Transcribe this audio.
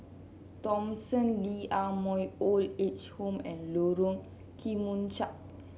Thomson Lee Ah Mooi Old Age Home and Lorong Kemunchup